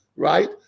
right